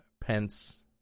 Pence